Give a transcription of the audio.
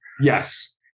Yes